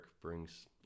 brings